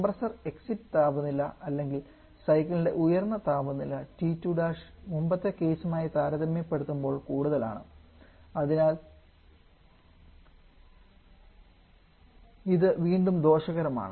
compressor exit താപനില അല്ലെങ്കിൽ സൈക്കിളിന്റെ ഉയർന്ന താപനില T2 മുമ്പത്തെ കേസുമായി താരതമ്യപ്പെടുത്തുമ്പോൾ കൂടുതലാണ് അതിനാൽ ഇത് വീണ്ടും ദോഷകരമാണ്